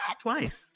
Twice